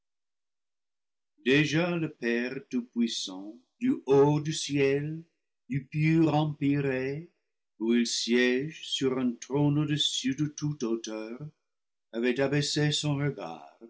déjà le père tout-puissant du haut du ciel du pur empyrée où il siége sur un trône au-dessus de toute hauteur avait abaissé son regard